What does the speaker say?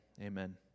Amen